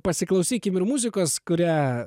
pasiklausykime ir muzikos kurią